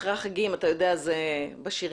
אחרי החגים, אתה יודע, זה בשירים.